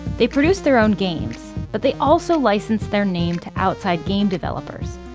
they produced their own games, but they also licensed their name to outside game developers,